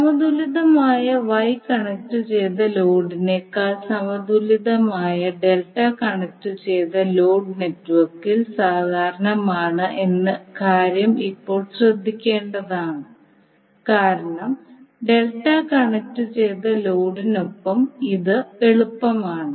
സമതുലിതമായ Y കണക്റ്റുചെയ്ത ലോഡിനേക്കാൾ സമതുലിതമായ ഡെൽറ്റ കണക്റ്റുചെയ്ത ലോഡ് നെറ്റ്വർക്കിൽ സാധാരണമാണ് എന്ന കാര്യം ഇപ്പോൾ ശ്രദ്ധിക്കേണ്ടതാണ് കാരണം ഡെൽറ്റ കണക്റ്റുചെയ്ത ലോഡിനൊപ്പം ഇത് എളുപ്പമാണ്